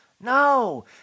No